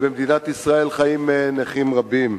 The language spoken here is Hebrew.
במדינת ישראל חיים נכים רבים.